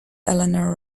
eleanor